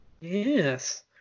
Yes